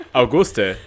auguste